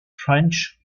french